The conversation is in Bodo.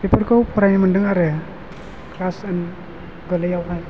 बेफोरखौ फरायनो मोनदों आरो क्लास गोरलैयावहाय